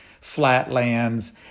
flatlands